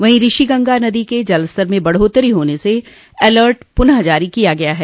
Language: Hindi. वहीं ऋषि गंगा नदी के जलस्तर में बढ़ोत्तरी होने से अलर्ट पुनः जारी किया गया है